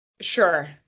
Sure